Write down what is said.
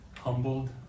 humbled